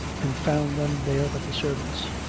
and found none there but the servants,